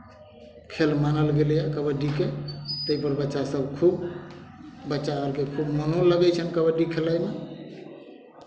खेल मानल गेलैए कबड्डीकेँ ताहिपर बच्चासभ खूब बच्चा आरकेँ खूब मोनो लगैत छनि कबड्डी खेलयमे